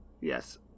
Yes